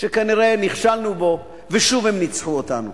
שכנראה נכשלנו בו, ושוב הם ניצחו אותנו.